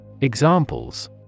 Examples